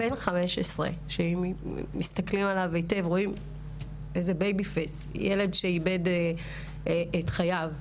ואם מסתכלים עליו היטב רואים בייבי-פייס ילד שאיבד את חייו.